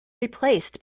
replaced